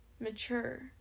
mature